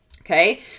Okay